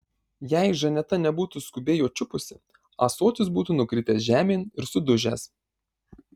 jei žaneta nebūtų skubiai jo čiupusi ąsotis būtų nukritęs žemėn ir sudužęs